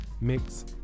mix